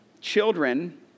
Children